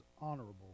honorable